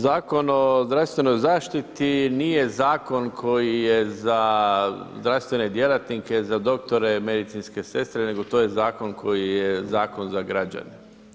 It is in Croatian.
Zakon o zdravstvenoj zaštiti nije zakon koji je za zdravstvene djelatnike, za doktore, medicinske sestre, nego to je zakon koji je zakon za građane.